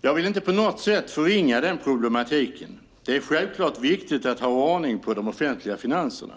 Jag vill inte på något sätt förringa den problematiken; det är självklart viktigt att ha ordning på de offentliga finanserna.